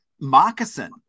Moccasin